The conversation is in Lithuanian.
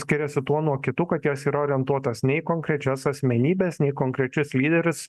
skiriasi tuo nuo kitų kad jos yra orientuotas ne į konkrečias asmenybes ne į konkrečius lyderius